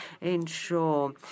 ensure